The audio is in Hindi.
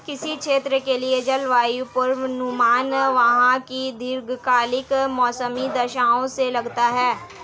किसी क्षेत्र के लिए जलवायु पूर्वानुमान वहां की दीर्घकालिक मौसमी दशाओं से लगाते हैं